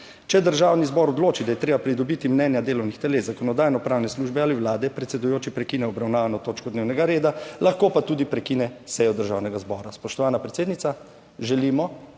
"Če Državni zbor odloči, da je treba pridobiti mnenja delovnih teles, zakonodajnopravne službe ali Vlade, predsedujoči prekine obravnavano točko dnevnega reda, lahko pa tudi prekine sejo Državnega zbora." Spoštovana predsednica, želimo